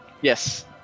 Yes